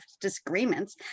disagreements